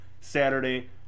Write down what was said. Saturday